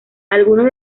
algunos